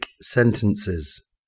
sentences